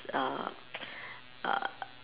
err err